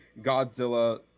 Godzilla